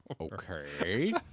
Okay